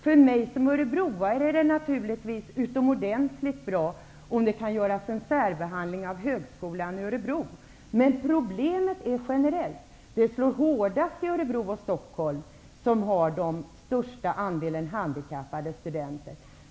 För mig som örebroare är det naturligtvis utomordentligt bra om det kan göras en särbehandling av högskolan i Örebro, men problemet är generellt. Det slår hårdast i Örebro och Stockolm, som har den största andelen handikappade studenter.